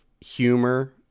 humor